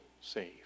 save